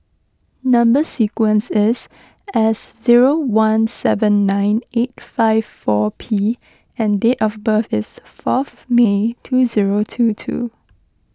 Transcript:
Number Sequence is S zero one seven nine eight five four P and date of birth is fourth May two zero two two